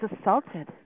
assaulted